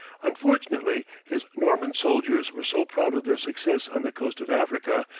unfortunately his norman soldiers were so proud of their success on the coast of africa,